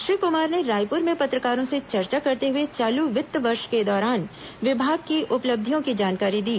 श्री कुमार ने रायपुर में पत्रकारों से चर्चा करते हुए चालू वित्त वर्ष के दौरान विभाग की उपलब्धियों की जानकारी दी